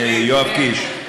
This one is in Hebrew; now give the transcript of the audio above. יואב קיש,